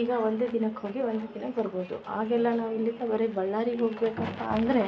ಈಗ ಒಂದೆ ದಿನಕ್ಕೆ ಹೋಗಿ ಒಂದೆ ದಿನಕ್ಕೆ ಬರ್ಬೋದು ಆಗೆಲ್ಲ ನಾವು ಇಲ್ಲಿಂದ ಬರಿ ಬಳ್ಳಾರಿಗೆ ಹೋಗ್ಬೇಕಪ್ಪ ಅಂದರೆ